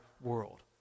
world